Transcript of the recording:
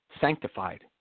sanctified